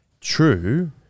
true